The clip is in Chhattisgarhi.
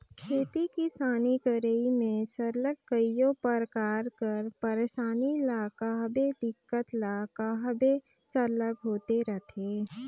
खेती किसानी करई में सरलग कइयो परकार कर पइरसानी ल कहबे दिक्कत ल कहबे सरलग होते रहथे